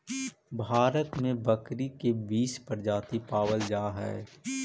भारत में बकरी के बीस प्रजाति पावल जा हइ